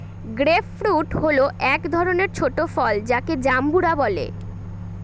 grape fruit হল এক ধরনের ছোট ফল যাকে জাম্বুরা বলে